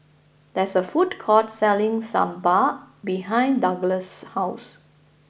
there is a food court selling Sambar behind Douglass' house